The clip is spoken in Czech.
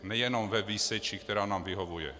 Nejenom ve výseči, která nám vyhovuje.